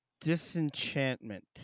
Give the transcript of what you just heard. Disenchantment